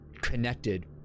connected